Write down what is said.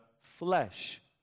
flesh